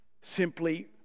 simply